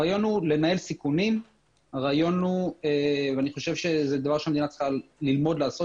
הרעיון הוא לנהל סיכונים ואני חושב שהמדינה צריכה לעשות.